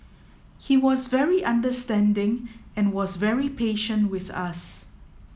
he was very understanding and was very patient with us